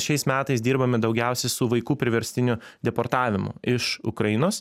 šiais metais dirbame daugiausiai su vaikų priverstiniu deportavimu iš ukrainos